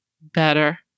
better